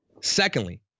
Secondly